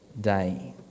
day